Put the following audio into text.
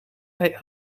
hij